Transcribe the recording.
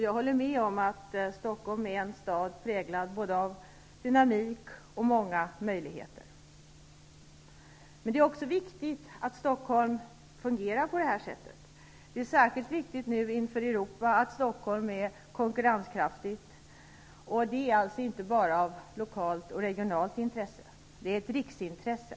Jag håller med om att Stockholm är en stad präglad av både dynamik och många möjligheter. Men det är också viktigt att Stockholm fungerar på det här sättet. Det är särskilt viktigt att Stockholm är konkurrenskraftigt gentemot andra storstäder i Europa. Det har inte bara regionalt och lokalt intresse. Det är ett riksintresse.